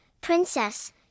princess